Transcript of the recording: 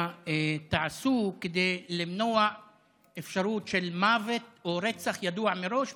מה תעשו כדי למנוע אפשרות של מוות או רצח ידוע מראש,